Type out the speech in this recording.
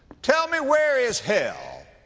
tell me where is hell?